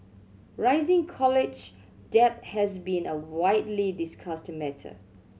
rising college debt has been a widely discussed matter